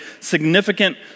significant